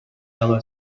yellow